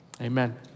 Amen